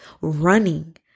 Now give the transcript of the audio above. running